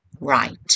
Right